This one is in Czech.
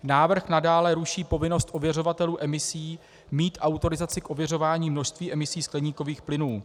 Návrh nadále ruší povinnost ověřovatelů emisí mít autorizaci k ověřování množství emisí skleníkových plynů.